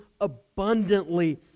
abundantly